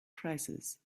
crisis